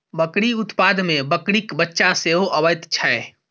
बकरी उत्पाद मे बकरीक बच्चा सेहो अबैत छै